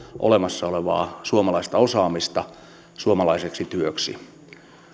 olemassa olevaa suomalaista osaamista suomalaiseksi työksi